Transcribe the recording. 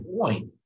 point